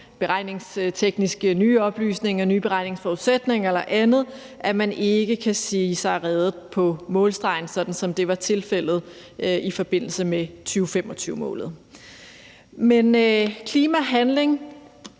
beregningstekniske oplysninger, nye beregningsforudsætninger eller andet, ikke kan se sig reddet på målstregen, sådan som det var tilfældet i forbindelse med 2025-målet. Men klimahandling